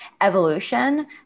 evolution